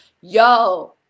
Yo